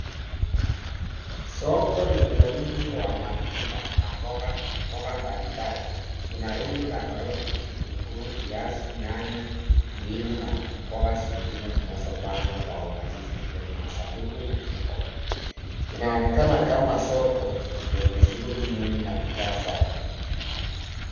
Soko lenye wingi wa matunda na mboga mbalimbali. Kuna rundu la karoti, vitunguu, viazi, nyanya, ndimu na mboga zingine zinazopangwa kwa uangalifu kwenye masanduku na mfuko. Inaonekana kama soko lenye shughuli mingi na bidhaa safi.